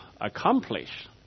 accomplish